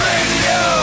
Radio